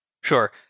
Sure